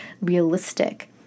realistic